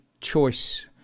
choice